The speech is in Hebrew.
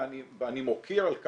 ואני מוקיר על כך,